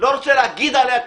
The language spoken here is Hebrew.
אני לא רוצה להגיד עליה,